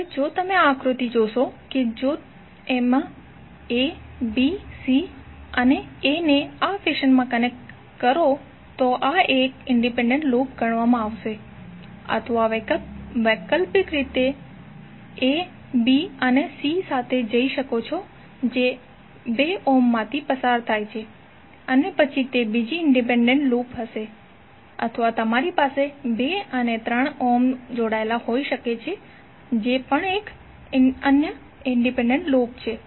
હવે જો તમે આ આકૃતિ જોશો કે જો તમે a b c અને a ને આ ફેશનમાં કનેક્ટ કરો તો આ એક ઇંડિપેન્ડન્ટ લૂપ ગણવામાં આવશે અથવા વૈકલ્પિક રૂપે તમે a b અને c સાથે જઈ શકો છો જે 2 ઓહમ માથી પસાર થાય છે અને પછી તે બીજી ઇંડિપેન્ડન્ટ લૂપ હશે અથવા તમારી પાસે 2 અને 3 ઓહ્મ જોડાયેલા હોઈ શકે છે જે પણ એક અન્ય ઇંડિપેન્ડન્ટ લૂપ છે